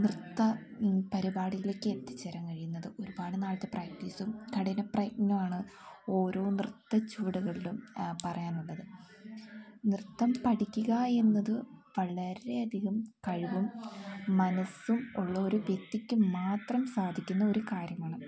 നൃത്ത പരിപാടിയിലേക്ക് എത്തിച്ചേരാൻ കഴിയുന്നത് ഒരുപാട് നാളത്തെ പ്രാക്ടീസും കഠിനപ്രയത്നവുമാണ് ഓരോ നൃത്ത ചുവടുകളിലും പറയാനുള്ളത് നൃത്തം പഠിക്കുക എന്നത് വളരെയധികം കഴിവും മനസ്സും ഉള്ള ഒരു വ്യക്തിക്ക് മാത്രം സാധിക്കുന്ന ഒരു കാര്യമാണ്